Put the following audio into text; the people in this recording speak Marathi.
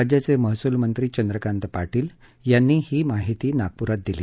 राज्याचे महसूल मंत्री चंद्रकांत पाटील यांनी ही माहिती नागपूरात दिली